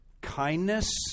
kindness